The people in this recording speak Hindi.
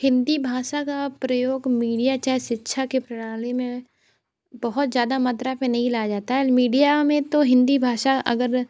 हिंदी भाषा का प्रयोग मीडिया चाहे शिक्षा के प्रणाली में बहुत ज़्यादा मात्रा में नहीं लाया जाता है मीडिया में तो हिंदी भाषा अगर